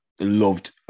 loved